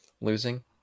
losing